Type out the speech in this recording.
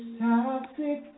toxic